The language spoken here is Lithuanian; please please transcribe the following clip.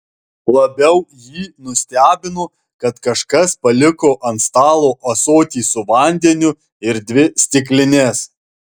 labiau jį nustebino kad kažkas paliko ant stalo ąsotį su vandeniu ir dvi stiklines